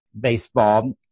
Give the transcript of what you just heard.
baseball